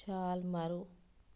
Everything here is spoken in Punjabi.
ਛਾਲ ਮਾਰੋ